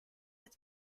its